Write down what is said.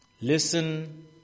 Listen